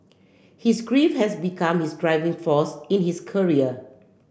his grief had become his driving force in his career